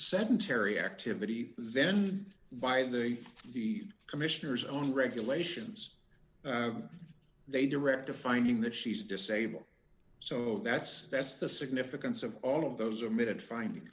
sedentary activity then why they the commissioners own regulations they direct a finding that she's disabled so that's that's the significance of all of those are minute find